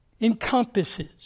encompasses